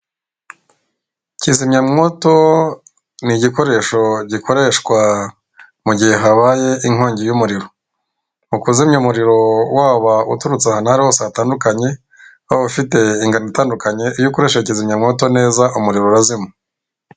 Kizimyawoto ni igikoresho gikoreshwa mu gihe habaye inkongi y'umuriro, mu kuzimya umuriro wa uturutse ahantu ahariho hose hatandukanye, waba ufite ingano itandukanye iyo ukoreshe kizimyamwoto neza umuriro urazima.